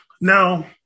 Now